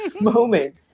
moment